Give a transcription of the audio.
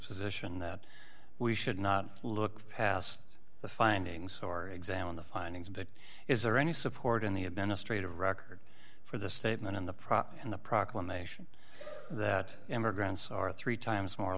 position that we should not look past the findings or examine the findings but is there any support in the administrative record for the statement on the proper and the proclamation that immigrants are three times more